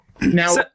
Now